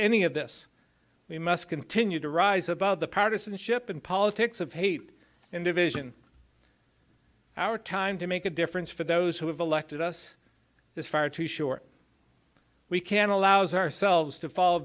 any of this we must continue to rise above the partisanship and politics of hate and division our time to make a difference for those who have elected us this far too short we can allows ourselves to fall